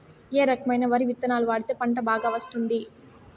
ఏ రకమైన వరి విత్తనాలు వాడితే పంట బాగా వస్తుంది?